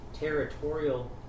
territorial